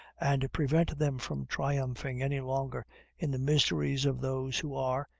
and prevent them from triumphing any longer in the miseries of those who are,